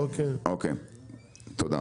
אוקי, תודה.